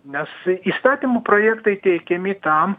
nes įstatymų projektai teikiami tam